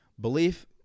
Belief